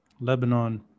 lebanon